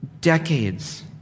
decades